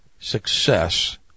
success